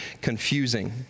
confusing